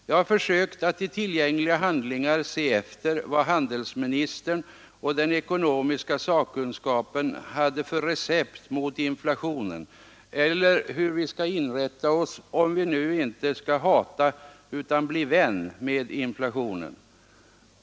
Jag har försökt att i tillgängliga handlingar se efter vad handelsministern och den ekonomiska sakkunskapen hade för recept mot inflationen, eller hur vi skall inrätta oss om vi nu inte skall hata utan bli vän med inflationen.